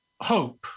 hope